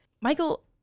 Michael